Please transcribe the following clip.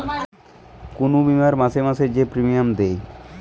কুনু বীমার মাসে মাসে যে প্রিমিয়াম দেয়